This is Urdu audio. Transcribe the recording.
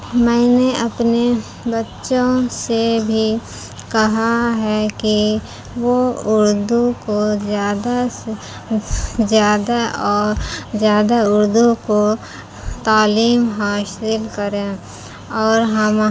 میں نے اپنے بچوں سے بھی کہا ہے کہ وہ اردو کو زیادہ سے زیادہ اور زیادہ اردو کو تعلیم حاصل کریں اور ہم